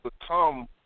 become